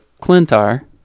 Clintar